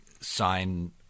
sign